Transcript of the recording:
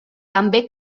també